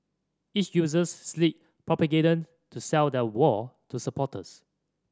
each uses slick propaganda to sell their war to supporters